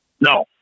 No